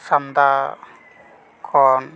ᱥᱟᱢᱫᱟ ᱠᱷᱚᱱ